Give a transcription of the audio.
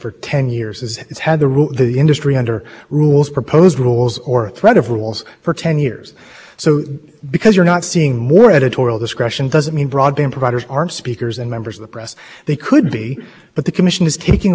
the parameters of family friendly one but let's just suppose you want to be the classic broadband provider who's the target of the rule which is indiscriminate access to the web for that person or you making for that entity making the same percent of an argument and saying that they're the same thing as a cable